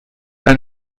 ein